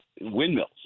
windmills